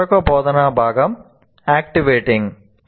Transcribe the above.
మరొక బోధనా భాగం 'అక్టీవేటింగ్'